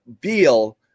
Beal